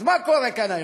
אז מה קורה כאן היום?